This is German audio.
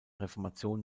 reformation